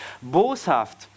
boshaft